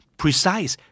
precise